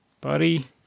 Buddy